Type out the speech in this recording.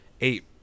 eight